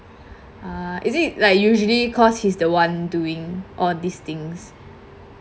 uh is it like usually cause he's the one doing all these things